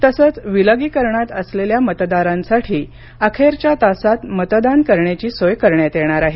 तसेच विलगीकरणात असलेल्या मतदारांसाठी अखेरच्या तासात मतदान करण्याची सोय करण्यात येणार आहे